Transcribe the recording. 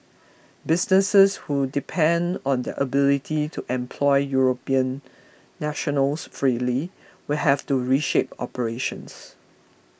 businesses who depend on their ability to employ European nationals freely will have to reshape operations